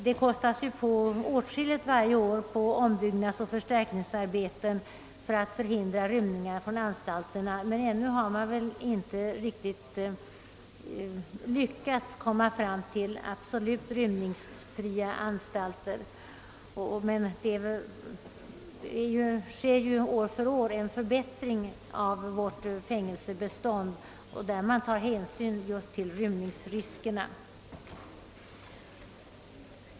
Det kostas ju varje år på åtskilligt på ombyggnadsoch förstärkningsarbeten i syfte att förhindra rymningar från anstalterna, men ännu har man väl inte lyckats komma fram till absolut rymningsfria anstalter. Vi åstadkommer ju år för år en förbättring av vårt fängelsebestånd och tar därvid hänsyn till rymningsriskerna.